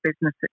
business